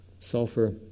Sulfur